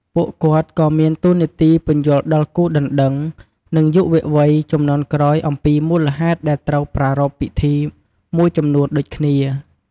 ពួកគាត់ក៏មានតួនាទីពន្យល់ដល់គូដណ្ដឹង និង យុវវ័យជំនាន់ក្រោយអំពីមូលហេតុដែលត្រូវប្រារព្ធពិធីមួយចំនួនដូចគ្នា។